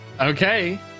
Okay